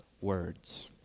words